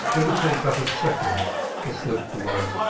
it would take but a second to slip them on.